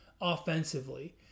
offensively